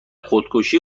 خودکشی